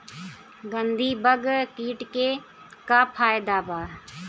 गंधी बग कीट के का फायदा बा?